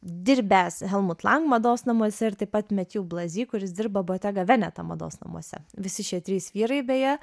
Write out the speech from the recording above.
dirbęs helmut lang mados namuose ir taip pat metju blazi kuris dirba bottega veneta mados namuose visi šie trys vyrai beje